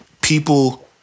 people